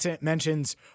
mentions